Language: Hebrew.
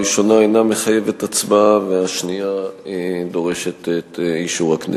הראשונה אינה מחייבת הצבעה והשנייה דורשת את אישור הכנסת.